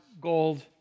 gold